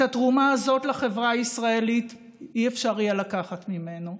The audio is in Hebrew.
את התרומה הזאת לחברה הישראלית לא יהיה אפשר לקחת ממנו,